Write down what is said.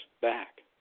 back